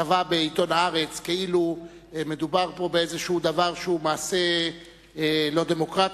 כתבה בעיתון "הארץ" כאילו מדובר פה באיזשהו דבר שהוא מעשה לא דמוקרטי.